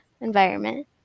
environment